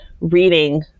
reading